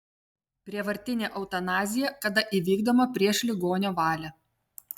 prievartinė eutanazija kada įvykdoma prieš ligonio valią